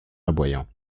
aboyant